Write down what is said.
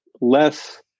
less